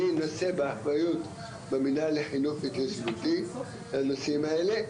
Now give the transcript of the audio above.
אני נושא באחריות במינהל לחינוך התיישבותי בנושאים האלה,